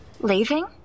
leaving